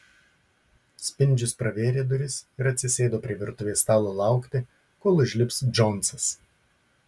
spindžius pravėrė duris ir atsisėdo prie virtuvės stalo laukti kol užlips džonsas